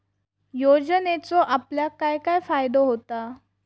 योजनेचो आपल्याक काय काय फायदो होता?